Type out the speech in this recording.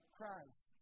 Christ